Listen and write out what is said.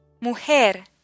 mujer